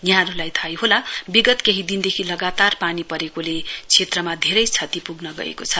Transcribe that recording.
यहाँहरूलाई थाहै होला विगत केही दिनदेखि लगातार पानी परेकोले क्षेत्रमा धेरै श्रति प्ग्न गएको छ